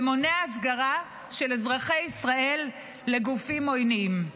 ומונע הסגרה של אזרחי ישראל לגופים עוינים.